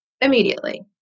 immediately